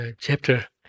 chapter